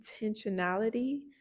intentionality